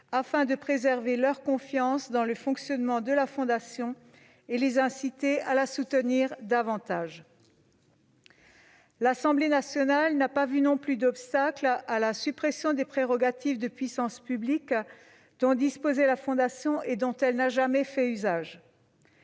afin de préserver leur confiance dans le fonctionnement de la Fondation et de les inciter à la soutenir davantage. L'Assemblée nationale n'a pas non plus vu d'obstacle à la suppression des prérogatives de puissance publique dont disposait la Fondation, et dont elle n'a jamais fait usage.